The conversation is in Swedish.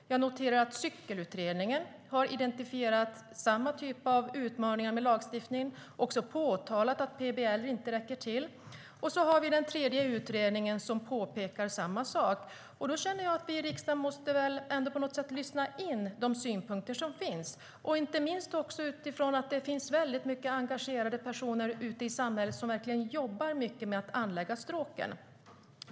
Jag noterar att Cyklingsutredningen har identifierat samma typ av utmaningar med lagstiftningen och påtalat att PBL inte räcker till. Den tredje utredningen påpekar samma sak. Vi i riksdagen måste lyssna på de synpunkter som finns, inte minst eftersom det finns många engagerade människor i samhället som jobbar hårt med att anlägga stråken.